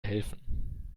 helfen